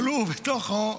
אבל בתוכו,